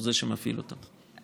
הוא זה שמפעיל אותה.